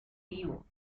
vivo